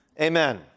Amen